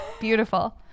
Beautiful